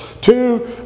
two